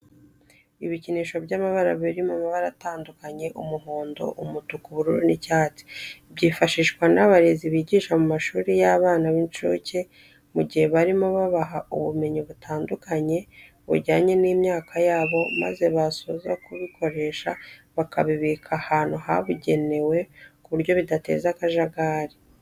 Ibikinisho by'abana biri mu mabara atandukanye umuhondo, umutuku, ubururu n'icyatsi byifashishwa n'abarezi bigisha mu mashuri y'abana b'incuke, mu gihe barimo babaha ubumenyi butanduhanye bujyanye n'imyaka yabo maze basoza kubikoresha bakabibika ahantu habugenewe ku buryo bidateza akajagari.